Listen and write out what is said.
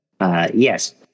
Yes